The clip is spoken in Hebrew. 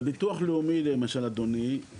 בביטוח לאומי למשל אדוני,